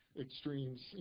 extremes